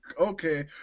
okay